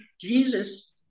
Jesus